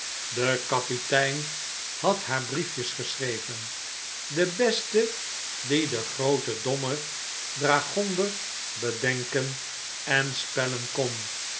de kapitein had haar brief jes geschreven de beste die de groote domme dragonder bedenken en spellen kon